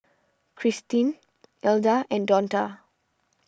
Cristine Ilda and Donta